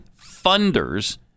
funders